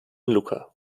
luca